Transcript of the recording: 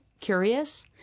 curious